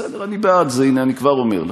בסדר, אני בעד זה, הנה, אני כבר אומר לך.